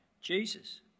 Jesus